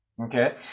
okay